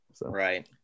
Right